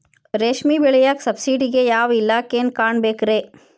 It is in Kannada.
ರೇಷ್ಮಿ ಬೆಳಿಯಾಕ ಸಬ್ಸಿಡಿಗೆ ಯಾವ ಇಲಾಖೆನ ಕಾಣಬೇಕ್ರೇ?